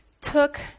took